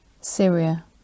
Syria